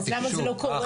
אז למה זה לא קורה?